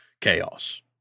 chaos